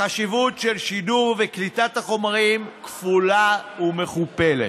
החשיבות של שידור וקליטת החומרים כפולה ומכופלת.